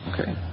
Okay